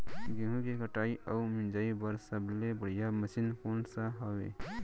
गेहूँ के कटाई अऊ मिंजाई बर सबले बढ़िया मशीन कोन सा हवये?